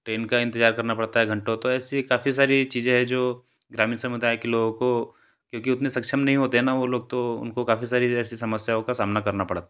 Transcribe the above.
train का इंतजार करना पड़ता है घंटों तो ऐसी काफ़ी सारी चीज़ें है जो ग्रामीण समुदाय के लोगों को क्याेंकि उतने सक्षम नहीं होते न वह लोग तो उनको काफ़ी सारी ऐसी समस्याओं का सामना करना पड़